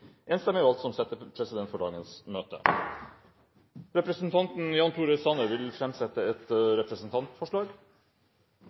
enstemmig valgt som settepresident for dagens møte. Representanten Jan Tore Sanner vil framsette et